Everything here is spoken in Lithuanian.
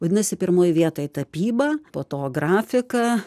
vadinasi pirmoj vietoj tapyba po to grafika